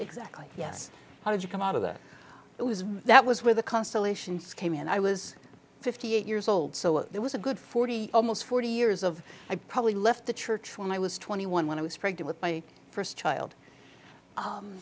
exactly yes how did you come out of that it was that was where the constellations came and i was fifty eight years old so there was a good forty almost forty years of i probably left the church when i was twenty one when i was pregnant with my first child